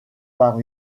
par